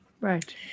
right